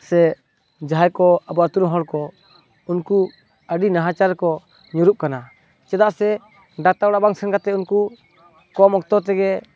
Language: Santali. ᱥᱮ ᱡᱟᱦᱟᱭ ᱠᱚ ᱟᱵᱚ ᱟᱛᱩᱨᱮᱱ ᱦᱚᱲ ᱠᱚ ᱩᱱᱠᱩ ᱟᱹᱰᱤ ᱱᱟᱦᱟᱪᱟᱨ ᱨᱮᱠᱚ ᱧᱩᱨᱩᱜ ᱠᱟᱱᱟ ᱪᱮᱫᱟᱜ ᱥᱮ ᱰᱟᱠᱛᱟᱨ ᱚᱲᱟᱜ ᱵᱟᱝ ᱥᱮᱱ ᱠᱟᱛᱮᱫ ᱩᱱᱠᱩ ᱠᱚᱢ ᱚᱠᱛᱚ ᱛᱮᱜᱮ